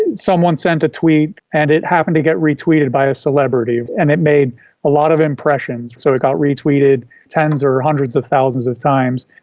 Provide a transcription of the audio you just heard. and someone sent a tweet and it happened to get retweeted by a celebrity and it made a lot of impression, so it got retweeted tens or hundreds of thousands of times.